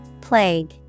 Plague